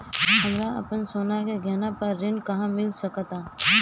हमरा अपन सोने के गहना पर ऋण कहां मिल सकता?